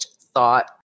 thought